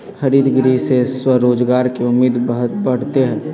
हरितगृह से स्वरोजगार के उम्मीद बढ़ते हई